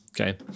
Okay